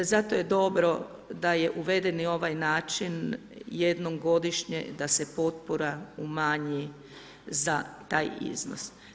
Zato je dobro, da je uvedeni ovaj način jednom godišnje, da se potpora umanji za taj iznos.